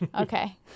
Okay